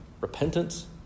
repentance